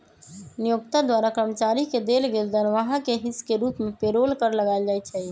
नियोक्ता द्वारा कर्मचारी के देल गेल दरमाहा के हिस के रूप में पेरोल कर लगायल जाइ छइ